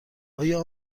آیا